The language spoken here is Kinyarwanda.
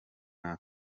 nta